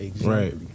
right